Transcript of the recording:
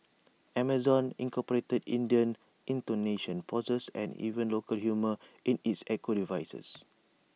Amazon incorporated Indian intonations pauses and even local humour in its echo devices